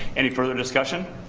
any further discussion?